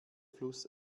fluss